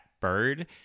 bird